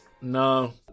No